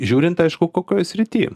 žiūrint aišku kokioj srity